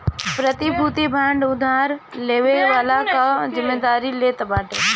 प्रतिभूति बांड उधार लेवे वाला कअ जिमेदारी लेत बाटे